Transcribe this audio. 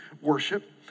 worship